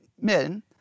men